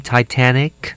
Titanic